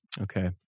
Okay